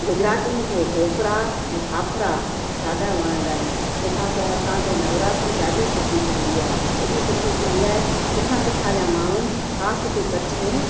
गुजरातियुनि खे ढोकरा ऐं फ़ाफ़रा ॾाढा वणंदा आहिनि तेखां सवाए असां वट नवरात्री ॾाढी सुठी थींदी आए एॾी सुठी थींदी आहे किथां किथां जा माण्हू खास हिते कच्छ में